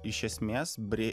iš esmės bri